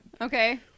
Okay